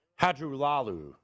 Hadrulalu